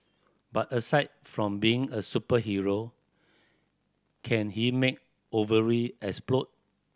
but aside from being a superhero can he make ovary explode